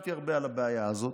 וחשבתי הרבה על הבעיה הזאת,